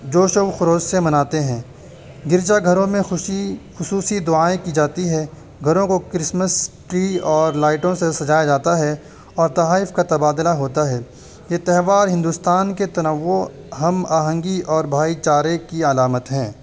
جوش و خروش سے مناتے ہیں گرجا گھروں میں خوشی خصوصی دعائیں کی جاتی ہے گھروں کو کرسمس ٹری اور لائٹوں سے سجایا جاتا ہے اور تحائف کا تبادلہ ہوتا ہے یہ تہوار ہندوستان کے متنوع ہم آہنگی اور بھائی چارے کی علامت ہیں